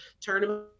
tournament